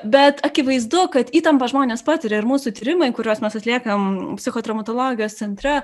bet akivaizdu kad įtampa žmonės patiria ir mūsų tyrimai kuriuos mes atliekam psichotraumatologijos centre